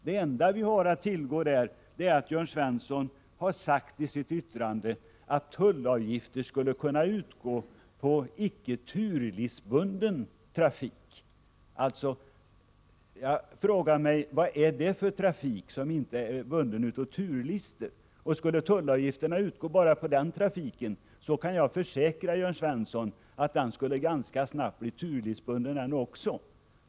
Det enda vi har att tillgå på den punkten är att Jörn Svensson i sitt yttrande uttalat att tullavgifter skulle kunna utgå på icke turlistbunden trafik. Jag frågar mig: Vad är det för trafik som inte är bunden av turlistor? Skulle tullavgifterna utgå bara på den trafiken skulle också den — det kan jag försäkra Jörn Svensson — ganska snabbt bli turlistbunden.